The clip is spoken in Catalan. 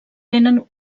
tenen